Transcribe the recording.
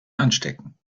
anstecken